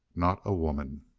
not a woman.